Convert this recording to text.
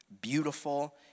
beautiful